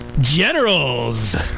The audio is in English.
Generals